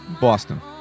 Boston